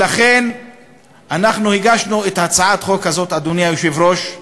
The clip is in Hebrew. לכן הגשנו את הצעת החוק הזאת, אדוני היושב-ראש.